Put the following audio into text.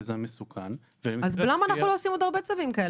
זן מסוכן --- אז למה אנחנו לא עושים עוד הרבה צווים כאלה?